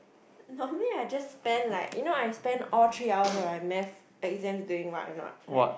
normally I just spend like you know I spend all three hours of my math exams doing what or not like